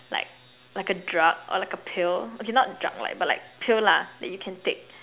like like a drug or like a pill okay not drug lah but like pill lah that you can take